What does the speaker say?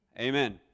Amen